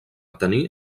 tenir